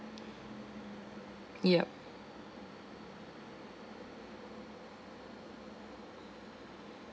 yup